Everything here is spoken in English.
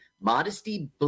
Modesty